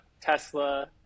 Tesla